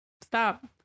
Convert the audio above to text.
Stop